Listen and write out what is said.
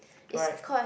right